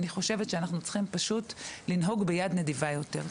אני חושבת שאנחנו צריכים פשוט לנהוג ביד נדיבה יותר.